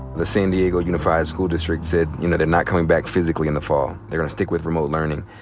the san diego unified school district said, you know, they're not coming back physically in the fall. they're gonna stick with remote learning.